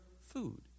food